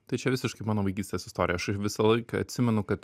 tai čia visiškai mano vaikystės istorija aš visą laiką atsimenu kad